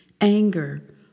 anger